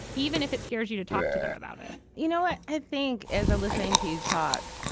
even if it scares you to talk to them about it you know what? i think as a listening to you talk.